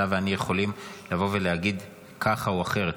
אתה ואני יכולים לבוא ולהגיד ככה או אחרת,